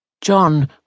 John